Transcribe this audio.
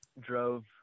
drove